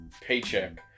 paycheck